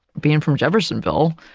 being from jeffersonville,